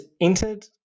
entered